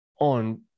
on